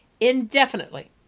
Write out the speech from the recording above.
indefinitely